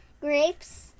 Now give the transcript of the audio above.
grapes